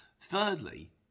Thirdly